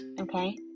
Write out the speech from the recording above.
okay